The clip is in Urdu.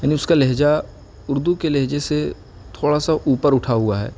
یعنی اس کا لہجہ اردو کے لہجے سے تھوڑا سا اوپر اٹھا ہوا ہے